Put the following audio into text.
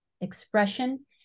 expression